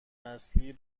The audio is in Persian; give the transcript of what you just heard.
نسلی